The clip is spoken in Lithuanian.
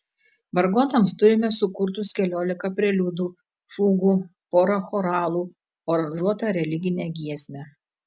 vargonams turime sukurtus keliolika preliudų fugų porą choralų aranžuotą religinę giesmę